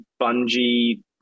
Bungie